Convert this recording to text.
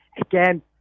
Again